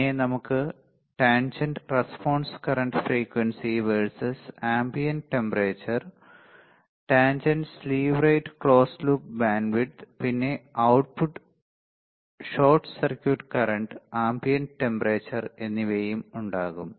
പിന്നെ നമുക്ക് tangent response current frequency versus ambient temperature tangent slew rate close loop bandwidth പിന്നെ output short circuit current ambient temperature എന്നിവയും ഉണ്ടാകും